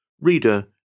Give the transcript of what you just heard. Reader